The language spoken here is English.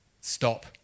stop